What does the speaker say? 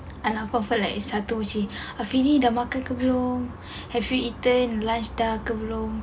anak comfort like satu macam ni afini dah makan ke belum have you eaten lunch ke belum